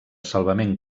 salvament